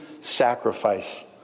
sacrifice